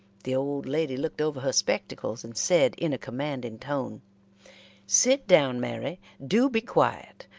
the old lady looked over her spectacles, and said, in a commanding tone sit down, mary. do be quiet.